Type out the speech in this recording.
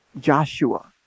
Joshua